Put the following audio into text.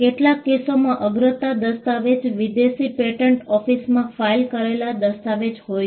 કેટલાક કેસોમાં અગ્રતા દસ્તાવેજ વિદેશી પેટન્ટ ઓફિસમાં ફાઇલ કરેલો દસ્તાવેજ હોય છે